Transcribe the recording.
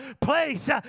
place